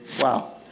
Wow